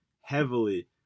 heavily